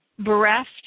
Bereft